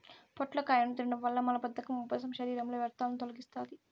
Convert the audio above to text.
పొట్లకాయను తినడం వల్ల మలబద్ధకం, ఉబ్బసం, శరీరంలో వ్యర్థాలను తొలగిస్తాది